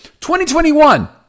2021